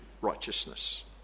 righteousness